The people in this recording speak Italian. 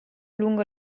lungo